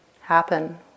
happen